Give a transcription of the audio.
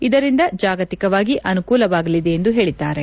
ಇದರಿಂದ ಜಾಗತಿಕವಾಗಿ ಅನುಕೂಲವಾಗಲಿದೆ ಎಂದು ಹೇಳಿದ್ದಾರೆ